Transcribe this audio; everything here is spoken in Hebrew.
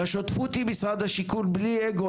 לשוטפות עם משרד השיכון בלי אגו,